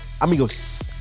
amigos